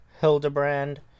Hildebrand